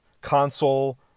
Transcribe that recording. console